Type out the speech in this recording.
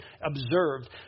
observed